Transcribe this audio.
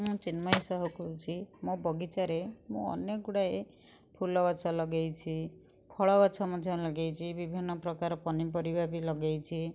ମୁଁ ଚିନ୍ମୟୀ ସାହୁ କହୁଛି ମୋ ବଗିଚାରେ ମୁଁ ଅନେକ ଗୁଡ଼ାଏ ଫୁଲ ଗଛ ଲଗାଇଛି ଫଳ ଗଛ ମଧ୍ୟ ଲଗାଇଛି ବିଭିନ୍ନପ୍ରକାର ପନିପରିବା ବି ଲଗାଇଛି